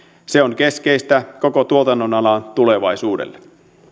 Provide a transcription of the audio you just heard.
se on keskeistä koko tuotannonalan tulevaisuudelle ehditään ottaa